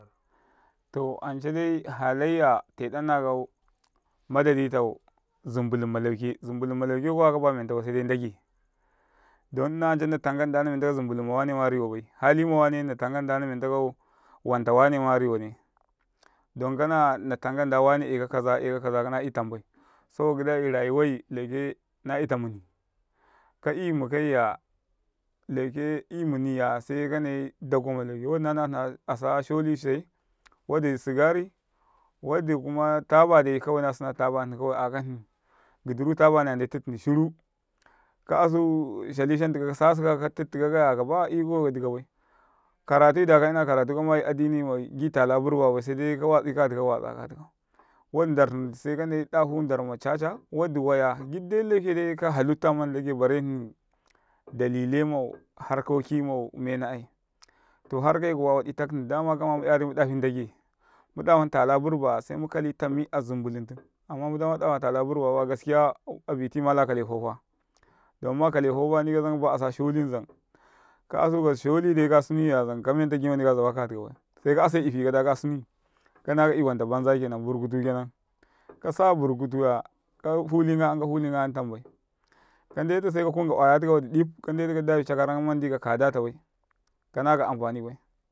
﻿To ancadai halaiya teɗannakau madaɗi mau zambulum malauke zumbulum ma lauke kuwa kaba mentaƃai sedai ndagai don nna anca na tamkaɗa namentake zumbulum mawanema rewaƃai ,hali mawane natamkau nda namentaka kau wanta wanema rewane. ɗonkanana tamkau na nda wane eka kaza ekakaza rewane. saboka gidai rayuwai lauke naita muni ka 'yamukaiya lauke 'ya maniya sekanai dagu kama lauke ,waɗi na aso sholi sai waɗi sigari waɗi kuma tabadai nasina taba hni a'a kahni, gidaru taƃa hniya ndai tiɗ hni shira ka'asa shali shantika kasasika yaka tiɗtika kaya kaba iko kadi baƃai kanatai ɗaka inakaratu kamyi adini magi tala burbaƃai sedai katigai kau waɗi ndahni sekan dafa ndarma caca, wɗi dik dai lauke dai kahalutta mandi ndagai bare hni dalile mau harkokki mau mena'ai to harkai kuwa waɗi takhni dama kama mi'yari muɗafi nɗage muɗatan tala burbaya semukali tami azum bulumtum amma muɗa maɗafa tala burba baya malakale faufa damma kale fambaya nika ba'asa sholi zan ka'asuka sholi daka sunuiya, zan kamenti gimaɗaka sunui kana ka'yawanta ƃami kenan bur kutu kenan, kasa burkutuya kafali ngayam ka fulil ngayam tamƃai, kande tu se kakunka oya tika ɗifka ndetu kaɗafica karam mandi ka koda toƃai kanaga amfani bai.